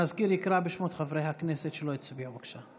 המזכיר יקרא בשמות חברי הכנסת שלא הצביעו, בבקשה.